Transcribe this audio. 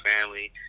family